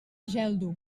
geldo